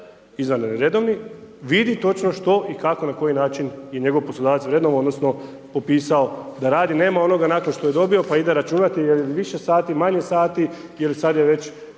izvanredni ili redovni vidi točno što i na koji način je njegov poslodavac vrednovao, odnosno, popisao da radi. Nema onoga nakon što je dobio, pa ide računati, jel je više sati, manje sati ili sada je već,